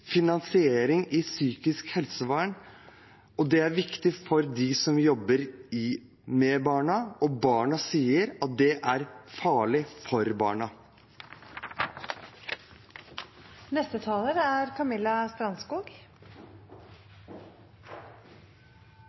finansiering i psykisk helsevern, det er viktig for dem som jobber med barna, og barna sier at det er farlig for